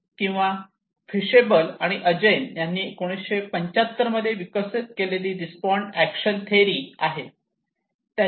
किंवा फिशबेन आणि अजेन यांनी 1975 मध्ये विकसित केलेली रिस्पोंड एक्शन ची थेअरी आहे